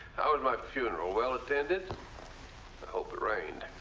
how was my funeral? well attended? i hope it rained.